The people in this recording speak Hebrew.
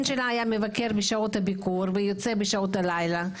שלה היה מבקר בשעות הביקור ויוצא בשעות הלילה.